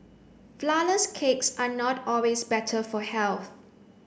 flourless cakes are not always better for health